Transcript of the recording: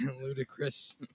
Ludicrous